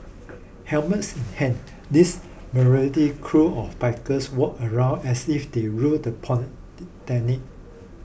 helmets in hands these motley crew of bikers walked around as if they ruled the polytechnic